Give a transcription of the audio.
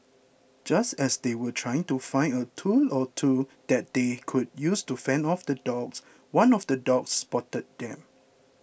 just as they were trying to find a tool or two that they could use to fend off the dogs one of the dogs spotted them